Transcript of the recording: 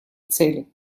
цели